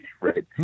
right